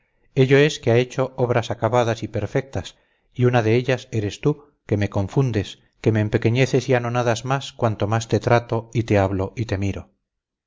ello es que ha hecho obras acabadas y perfectas y una de ellas eres tú que me confundes que me empequeñeces y anonadas más cuanto más te trato y te hablo y te miro